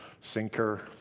sinker